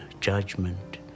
judgment